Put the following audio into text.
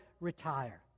retire